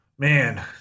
Man